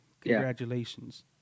congratulations